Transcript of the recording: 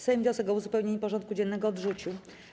Sejm wniosek o uzupełnienie porządku dziennego odrzucił.